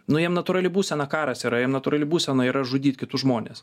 nu jiem natūrali būsena karas yra jiem natūrali būsena yra žudyt kitus žmones